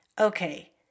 okay